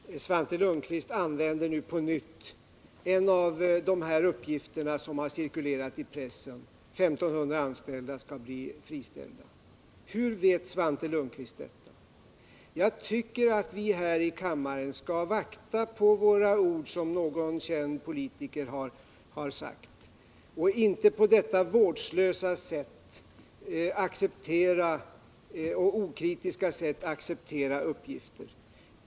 Fru talman! Svante Lundkvist använder nu på nytt den uppgift som har cirkulerat i pressen om att 1500 anställda skall friställas. Hur vet Svante Lundkvist att det förhåller sig så? Jag tycker att vi här i kammaren skall vakta på våra ord, som en känd politiker har sagt, och inte på detta vårdslösa och okritiska sätt acceptera sådana här uppgifter.